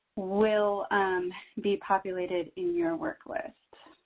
will be populated in your work list.